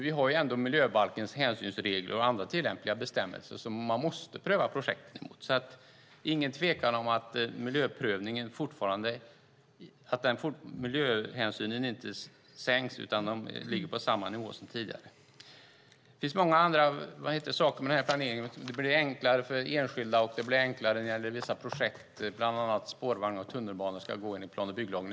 Vi har miljöbalkens hänsynsregler och andra tillämpliga bestämmelser som man måste pröva projekt emot. Det är ingen tvekan om att miljöhänsynen inte sänks utan ligger kvar på samma nivå som tidigare. Det finns många andra saker med den här planeringen. Det blir enklare för enskilda, och det blir enklare när det gäller vissa projekt. Bland annat ska spårvagnar och tunnelbanor gå enligt plan och bygglagen.